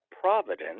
providence